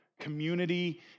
community